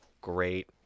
Great